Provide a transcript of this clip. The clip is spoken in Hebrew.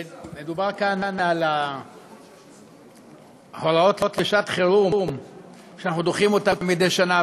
מדובר כאן בהוראות לשעת-חירום שאנחנו דוחים מדי שנה,